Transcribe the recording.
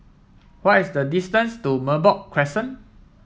why is the distance to Merbok Crescent